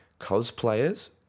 Cosplayers